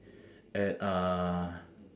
at uh